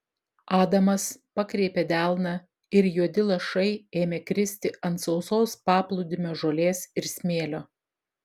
adamas pakreipė delną ir juodi lašai ėmė kristi ant sausos paplūdimio žolės ir smėlio